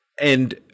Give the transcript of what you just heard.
and-